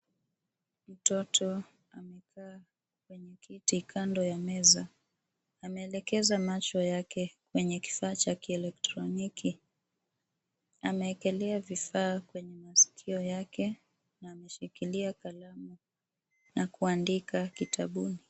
Mtoto amekaa kwenye kiti kando ya meza. Ameelekeza macho yake kwenye kifaa cha kieletroniki. Ameekelea vifaa kwenye masikio yake, na ameshikilia kalamu na kuandika kitabuni.